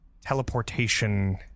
teleportation